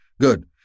Good